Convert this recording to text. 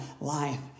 life